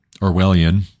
Orwellian